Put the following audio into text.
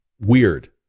weird